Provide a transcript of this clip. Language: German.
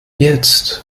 jetzt